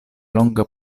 longa